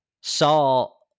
Saul